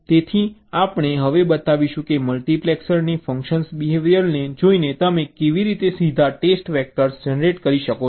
તેથી આપણે હવે બતાવીશું કે મલ્ટિપેક્સરની ફંશનલ બિહેવિયરલને જોઈને તમે કેવી રીતે સીધા ટેસ્ટ વેક્ટર્સ જનરેટ કરી શકો છો